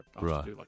Right